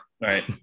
Right